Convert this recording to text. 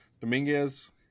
Dominguez